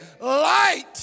light